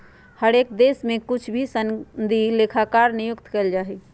हर एक देश में कुछ ही सनदी लेखाकार नियुक्त कइल जा हई